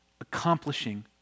accomplishing